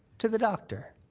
to the doctor.